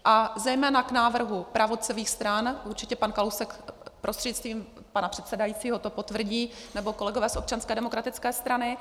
A zejména k návrhu pravicových stran určitě pan Kalousek prostřednictvím pana předsedajícího to potvrdí, nebo kolegové z Občanské demokratické strany.